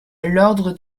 l’ordre